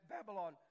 Babylon